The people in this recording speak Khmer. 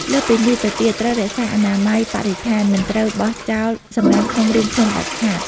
លើសពីនេះទៅទៀត ត្រូវរក្សាអនាម័យបរិស្ថាន មិនត្រូវបោះចោលសំរាមក្នុងរូងភ្នំដាច់ខាត។